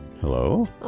Hello